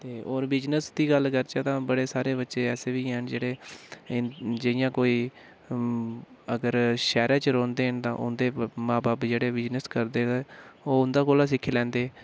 ते होर बिजनेस दी गल्ल करचै तां बड़े सारे बच्चे ऐसे बी हैन जेह्ड़े जि'यां कोई अगर शैह्र च रौंह्दे न ते ओह् उं'दे मां बब्ब जेह्ड़े बिजनेस करदे ते ओह् उं'दे कोला सिक्खी लैंदे